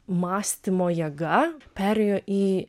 mąstymo jėga perėjo į